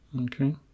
okay